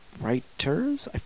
writers